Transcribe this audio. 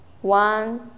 one